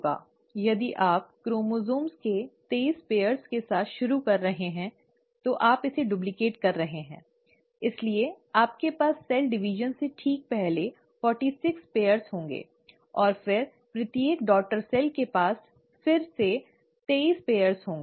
यदि आप क्रोमोसोम के तेईस जोड़े के साथ शुरू कर रहे हैं तो आप इसे डुप्लिकेट कर रहे हैं इसलिए आपके पास सेल विभाजन से ठीक पहले 46 जोड़े होंगे और फिर प्रत्येक डॉटर सेलके पास फिर से तेईस जोड़े होंगे